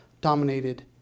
dominated